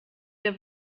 der